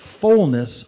fullness